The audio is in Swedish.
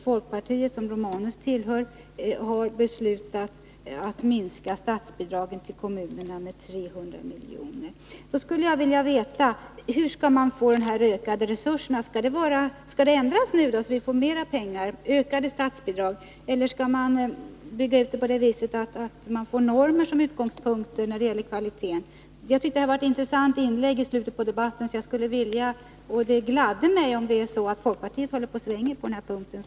folkpartiet som Gabriel Romanus tillhör, har beslutat att minska statsbidragen till kommunerna med 300 milj.kr. Då skulle jag vilja veta: Hur skall man få dessa ökade resurser? Skall det ändras, så att man får ökade statsbidrag och därmed mera pengar? Eller skall man bygga ut barnomsorgen på det sättet att man får normer som utgångspunkter när det gäller kvaliteten? Jag tyckte att detta var ett intressant inlägg i slutet på den här debatten. Det gläder mig om det är så att folkpartiet håller på att svänga på den här punkten.